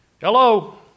Hello